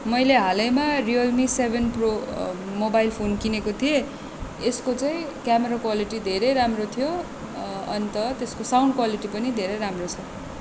मैले हालैमा Realme seven pro mobile phone किनेको थिएँ यसको चाहिँ क्यामेरा क्वालिटी धेरै राम्रो थियो अन्त त्यसको साउन्ड क्वालिटी पनि धेरै राम्रो छ